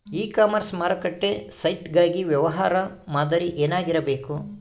E commerce ಮಾರುಕಟ್ಟೆ site ಗಾಗಿ ವ್ಯವಹಾರ ಮಾದರಿ ಏನಾಗಿರಬೇಕು?